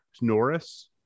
Norris